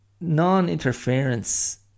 non-interference